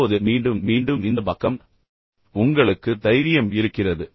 இப்போது மீண்டும் மீண்டும் இந்த பக்கம் உங்களுக்கு தைரியம் இருக்கிறது